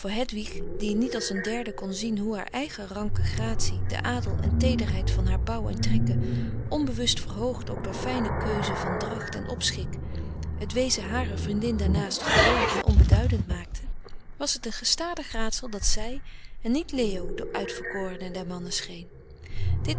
die niet als een derde kon zien hoe haar eigen ranke gratie de adel en teederheid van haar bouw en trekken onbewust verhoogd ook door fijne keuze van dracht en opschik het wezen harer vriendin daarnaast gewoon en onbeduidend maakte was het een gestadig raadsel dat zij en niet leo de uitverkorene der mannen scheen dit